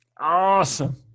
awesome